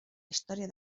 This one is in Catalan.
història